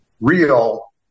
real